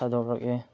ꯊꯥꯗꯣꯛꯂꯛꯑꯦ